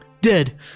Dead